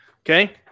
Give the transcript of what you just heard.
Okay